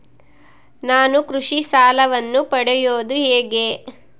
ನಾನು ಕೃಷಿ ಸಾಲವನ್ನು ಪಡೆಯೋದು ಹೇಗೆ?